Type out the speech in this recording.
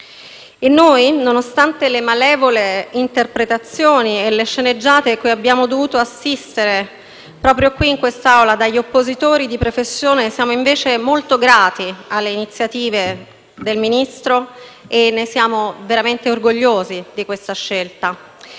Noi, nonostante le malevole interpretazioni e le sceneggiate cui abbiamo dovuto assistere proprio in quest'Aula dagli oppositori di professione, siamo invece molto grati per le iniziative del Ministro e siamo veramente orgogliosi della sua scelta.